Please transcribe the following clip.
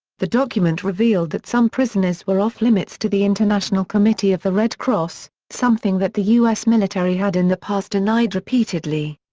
the document revealed that some prisoners were off-limits to the international committee of the red cross, something that the u s. military had in the past denied repeatedly.